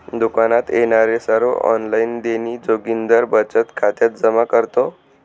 दुकानात येणारे सर्व ऑनलाइन देणी जोगिंदर बचत खात्यात जमा करतो